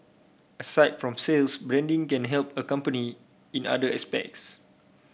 aside from sales branding can help a company in other aspects